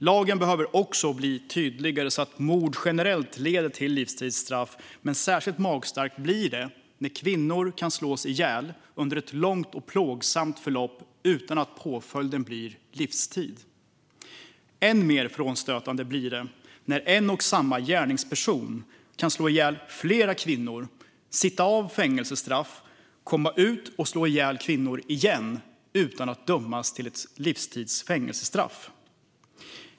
Lagen behöver också bli tydligare, så att mord generellt leder till livstidsstraff. Särskilt magstarkt blir det när kvinnor kan slås ihjäl under ett långt och plågsamt förlopp utan att påföljden blir livstid. Än mer frånstötande blir det att en och samma gärningsperson kan slå ihjäl flera kvinnor, sitta av fängelsestraffet, komma ut och slå ihjäl kvinnor igen utan att dömas till livstids fängelse.